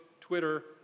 Twitter